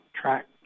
track